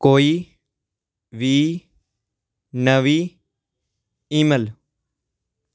ਕੋਈ ਵੀ ਨਵੀਂ ਈਮੇਲ